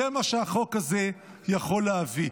זה מה שהחוק הזה יכול להביא.